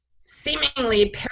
seemingly